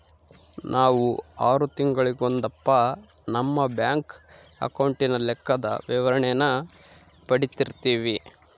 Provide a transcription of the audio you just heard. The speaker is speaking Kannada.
ನಾವು ಆರು ತಿಂಗಳಿಗೊಂದಪ್ಪ ನಮ್ಮ ಬ್ಯಾಂಕ್ ಅಕೌಂಟಿನ ಲೆಕ್ಕದ ವಿವರಣೇನ ಪಡೀತಿರ್ತೀವಿ